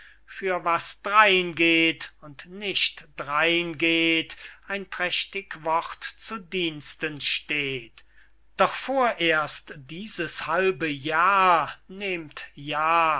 für was drein geht und nicht drein geht ein prächtig wort zu diensten steht doch vorerst dieses halbe jahr nehmt ja